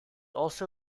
also